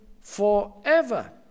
forever